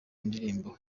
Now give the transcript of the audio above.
indirimbo